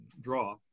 draw